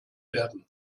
werden